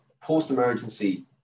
post-emergency